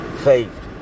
Faith